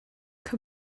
kha